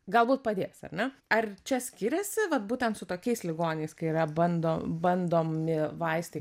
galbūt padės ar ne ar čia skiriasi vat būtent su tokiais ligoniais kai yra bando bandomi vaistai